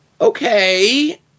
Okay